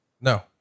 No